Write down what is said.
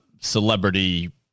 celebrity